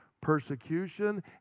persecution